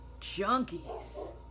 junkies